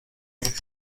mieux